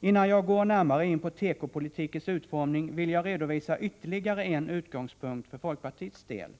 Innan jag går närmare in på tekopolitikens utformning vill jag redovisa ytterligare en utgångspunkt för folkpartiets del.